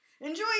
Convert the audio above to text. Enjoy